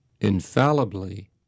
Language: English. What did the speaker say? infallibly